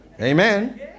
amen